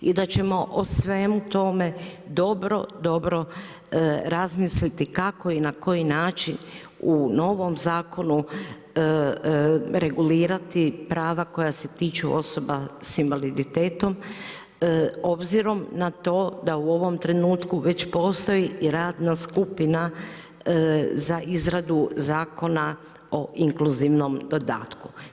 I da ćemo o svemu tome dobro, dobro razmisliti kako i na koji način u novom zakonu regulirati prava koja se tiču osoba sa invaliditetom obzirom na to da u ovom trenutku već postoji i radna skupina za izradu zakona o inkluzivnom dodatku.